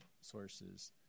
sources